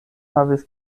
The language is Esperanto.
havis